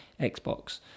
Xbox